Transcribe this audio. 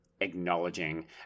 acknowledging